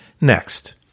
Next